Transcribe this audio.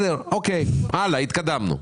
אוקיי, הלאה, התקדמנו.